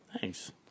Thanks